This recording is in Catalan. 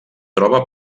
troba